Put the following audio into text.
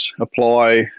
apply